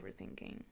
overthinking